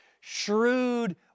shrewd